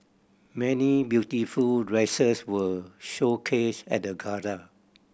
many beautiful dresses were showcased at the gala